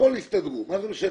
הכול יסתדרו, מה זה משנה.